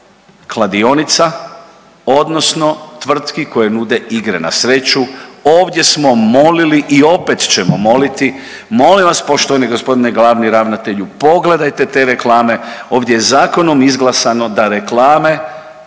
kladionica odnosno tvrtki koje nude igre na sreću. Ovdje smo molili i opet ćemo moliti, molim vas poštovani g. glavni ravnatelju pogledajte te reklame, ovdje je zakonom izglasano da reklame